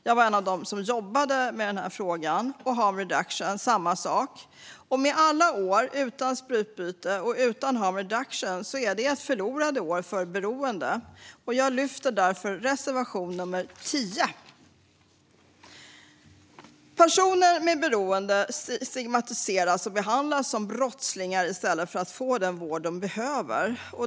Jag var en av dem som jobbade med denna fråga. Samma sak gällde harm reduction. Alla år utan sprututbyte och harm reduction är förlorade år för dem som är beroende, och jag yrkar därför bifall till reservation 10. Personer med beroende stigmatiseras och behandlas som brottslingar i stället för att få den vård de behöver.